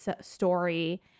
story